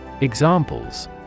Examples